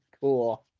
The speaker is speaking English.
cool